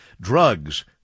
drugs